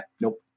nope